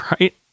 Right